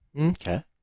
Okay